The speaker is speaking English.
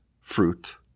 fruit